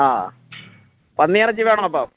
ആ പന്നിയിറച്ചി വേണോ അപ്പം